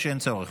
או שאין צורך?